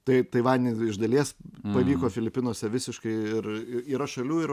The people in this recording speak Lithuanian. tai taivany iš dalies pavyko filipinuose visiškai ir yra šalių ir